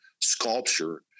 sculpture